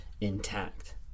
intact